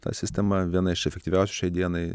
ta sistema viena iš efektyvių šiai dienai